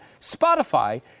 Spotify